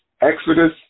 Exodus